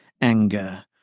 anger